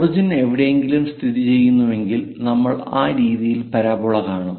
origin എവിടെയെങ്കിലും സ്ഥിതിചെയ്യുന്നുവെങ്കിൽ നമ്മൾ ആ രീതിയിൽ പരാബോള കാണും